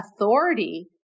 authority